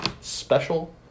special